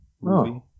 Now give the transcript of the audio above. movie